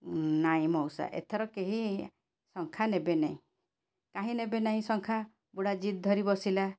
ନାହିଁ ମଉସା ଏଥର କେହି ଶଙ୍ଖା ନେବେନି କାହିଁ ନେବେ ନାହିଁ ଶଙ୍ଖା ବୁଢ଼ା ଜିଦ୍ ଧରିବସିଲା